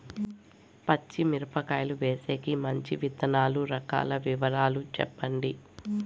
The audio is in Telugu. పచ్చి మిరపకాయలు వేసేకి మంచి విత్తనాలు రకాల వివరాలు చెప్పండి?